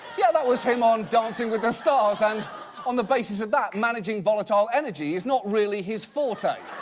yeah, that was him on dancing with the stars, and on the basis of that, managing volatile energy is not really his forte.